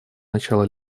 начала